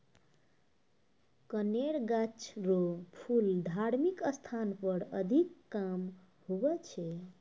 कनेर गाछ रो फूल धार्मिक स्थान पर अधिक काम हुवै छै